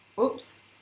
oops